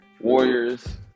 Warriors